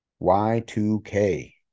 Y2K